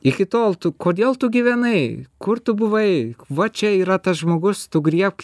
iki tol tu kodėl tu gyvenai kur tu buvai va čia yra tas žmogus tu griebk